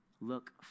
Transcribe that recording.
Look